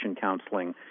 counseling